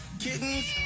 Kittens